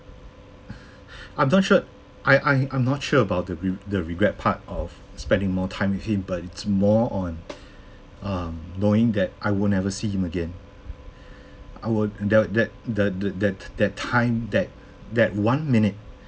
I'm not sure I I I'm not sure about the re~ the regret part of spending more time with him but it's more on um knowing that I would never see him again I would that w~ that the that that that time that that one minute